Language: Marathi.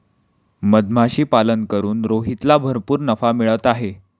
मधमाशीपालन करून रोहितला भरपूर नफा मिळत आहे